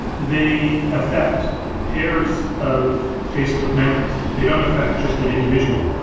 they affect pairs of facebook members. they don't affect just an individual.